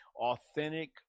authentic